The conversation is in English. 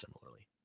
similarly